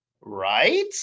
Right